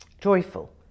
joyful